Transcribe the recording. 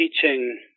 teaching